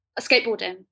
Skateboarding